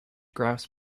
grouse